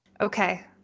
Okay